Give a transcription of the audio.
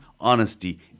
honesty